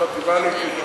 את החטיבה להתיישבות.